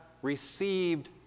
Received